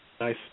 nice